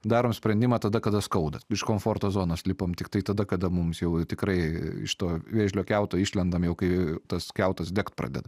darom sprendimą tada kada skauda iš komforto zonos lipam tiktai tada kada mums jau tikrai iš to vėžlio kiauto išlendam jau kai tas kiautas degt pradeda